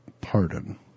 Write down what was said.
pardon